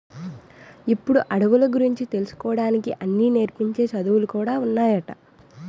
ఇప్పుడు అడవుల గురించి తెలుసుకోడానికి అన్నీ నేర్పించే చదువులు కూడా ఉన్నాయట